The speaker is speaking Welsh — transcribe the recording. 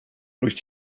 rwyt